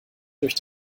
durch